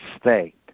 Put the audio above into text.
State